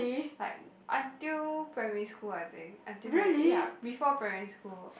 like until primary school I think until pri~ ya before primary school